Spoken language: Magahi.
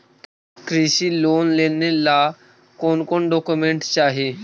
कृषि लोन लेने ला कोन कोन डोकोमेंट चाही?